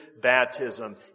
baptism